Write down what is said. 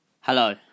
Hello